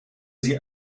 sie